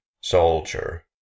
soldier